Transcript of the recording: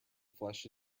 flesh